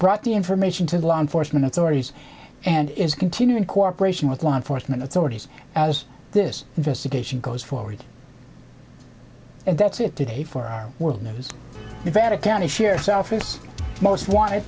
brought the information to law enforcement authorities and is continuing cooperation with law enforcement authorities as this investigation goes forward and that's it today for our world news you better county sheriff's office most wanted